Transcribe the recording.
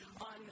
on